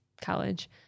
college